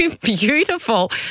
beautiful